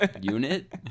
Unit